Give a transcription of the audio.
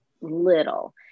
little